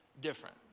different